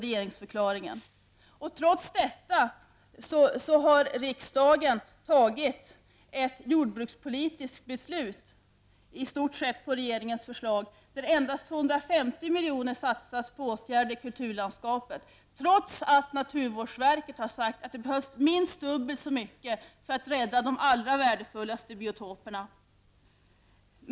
Trots detta har riksdagen fattat ett jordbrukspolitiskt beslut i stort sett på regeringens förslag där endast 250 miljoner satsas på åtgärder på kulturlandskapet, även om naturvårdsverket har sagt att det behövs minst dubbelt så mycket för att rädda de allra värdefullaste biotoperna.